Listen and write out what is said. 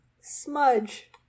Smudge